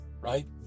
right